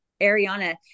Ariana